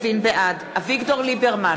בעד אביגדור ליברמן,